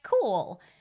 cool